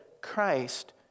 Christ